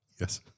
Yes